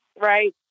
right